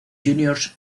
juniors